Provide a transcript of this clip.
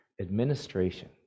administration